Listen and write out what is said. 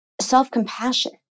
self-compassion